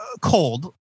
cold